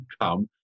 come